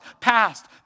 past